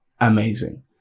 amazing